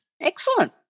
Excellent